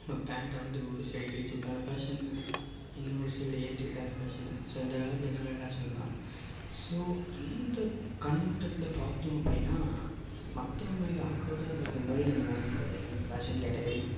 இப்போ பேண்ட்டை வந்து ஒரு சைடு கிழிச்சிவுட்டாலும் ஃபேஷன்னு இன்னொரு சைடு ஏற்றிவிட்டாலும் ஃபேஷன்னு ஸோ இந்த காலத்தில் எல்லாமே ஃபேஷன் தான் ஸோ இந்த கண்ணோட்டத்தில் பார்த்தோம் அப்படின்னா மற்றவங்களுக்கு ஆக்வோட்டாக இல்லாத மாதிரி நம்ம நடந்துக்கிட்டால் எல்லாமே ஃபேஷன் கேட்டகிரி